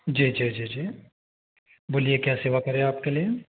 जी जी जी जी बोलिए क्या सेवा करें आपके लिए